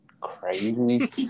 crazy